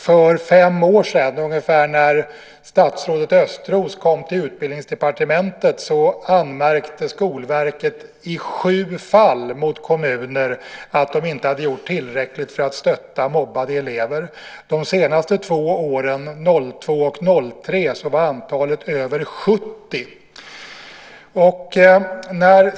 För fem år sedan - ungefär när statsrådet Östros kom till Utbildningsdepartementet - anmärkte Skolverket i sju fall på kommuner för att de inte hade gjort tillräckligt för att stötta mobbade elever. Under de två senaste åren, 2002-2003, var antalet över 70.